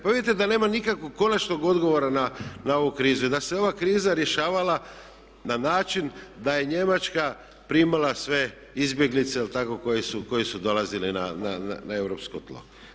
Pa vidite da nema nikakvog konačnog odgovora na ovu krizu i da se ova kriza rješavala na način da je Njemačka primala sve izbjeglice koje su dolazile na europsko tlo.